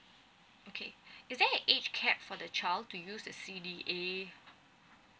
okay is there a age capped for the child to use the C_D_A